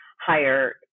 higher